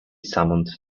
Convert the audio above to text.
summoned